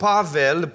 Pavel